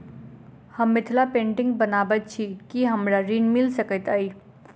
हम मिथिला पेंटिग बनाबैत छी की हमरा ऋण मिल सकैत अई?